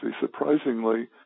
surprisingly